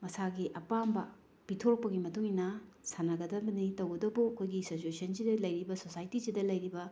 ꯃꯁꯥꯒꯤ ꯑꯄꯥꯝꯕ ꯄꯤꯊꯣꯛꯄꯒꯤ ꯃꯇꯨꯡ ꯏꯟꯅ ꯁꯥꯟꯅꯒꯗꯕꯅꯤ ꯇꯧꯕꯇꯕꯨ ꯑꯩꯈꯣꯏꯒꯤ ꯁꯤꯆꯨꯋꯦꯁꯟꯁꯤꯗ ꯂꯩꯔꯤꯕ ꯁꯣꯁꯥꯏꯇꯤꯁꯤꯗ ꯂꯩꯔꯤꯕ